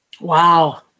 Wow